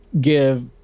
give